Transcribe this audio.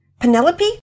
Penelope